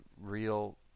real